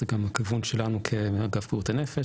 זה גם הכיוון שלנו באגף בריאות הנפש,